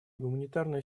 гуманитарная